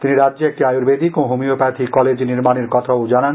তিনি রাজ্যে একটি আয়ুর্বেদিক ও হমিপ্যাথি কলেজ নির্মাণের কথা জানান